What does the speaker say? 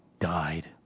died